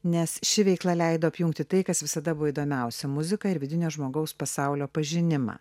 nes ši veikla leido apjungti tai kas visada buvo įdomiausia muziką ir vidinio žmogaus pasaulio pažinimą